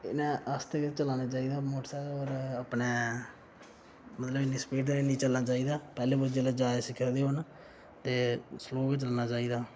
इ'नें आस्ता गै चलाना चाहिदा मोटर सैकल अपनै मतलब इन्नी स्पीड दा निं चलना चाहिदा पैहलें मुड़े जिसलै जाच सिक्खा दे होन ते स्लो गै चलना चाहिदा